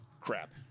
crap